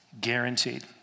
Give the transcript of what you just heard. Guaranteed